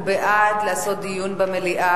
הוא בעד דיון במליאה,